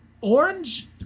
Orange